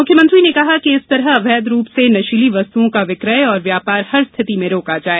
मुख्यमंत्री ने कहा कि इस तरह अवैध रूप से नशीली वस्तुओं का विक्रय और व्यापार हर स्थिति में रोका जाए